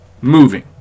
moving